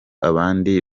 abandi